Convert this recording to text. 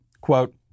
quote